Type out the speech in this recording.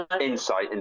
insight